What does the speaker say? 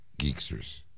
Geeksters